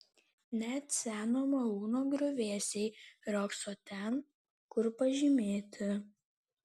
net seno malūno griuvėsiai riogso ten kur pažymėti